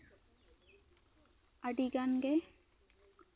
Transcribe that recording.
ᱟ ᱰᱤ ᱜᱟᱱ ᱜᱮ